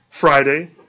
Friday